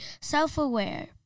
self-aware